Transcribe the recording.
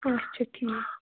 اچھا ٹھیٖک